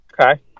Okay